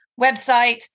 website